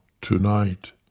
tonight